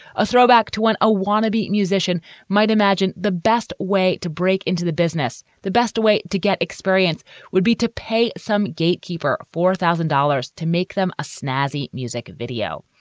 a throwback to when a wannabe musician might imagine the best way to break into the business. the best way to get experience would be to pay some gatekeeper four thousand dollars to make them a snazzy music video.